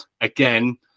Again